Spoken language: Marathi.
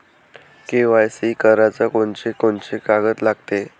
के.वाय.सी कराच कोनचे कोनचे कागद लागते?